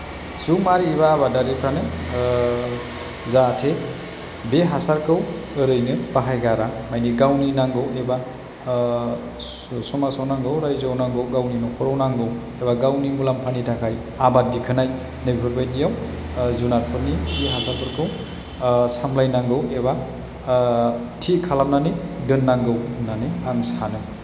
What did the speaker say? सुबुं माहारि एबा आबादारिफ्रानो जाहाथे बे हासारखौ ओरैनो बाहायगारा मानि गावनि नांगौ एबा समाजाव नांगौ रायजोआव नांगौ गावनि नख'राव नांगौ एबा गावनि मुलाम्फानि थाखाय आबाद दिखोनाय नै बेबायदियाव जुनातफोरनि खि हासारफोरखौ सामलायनांगौ एबा थि खालामनानै दोन्नांगौ होन्नानै आं सानो